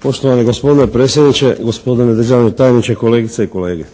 Poštovani gospodine predsjedniče, gospodine državni tajniče, kolegice i kolege.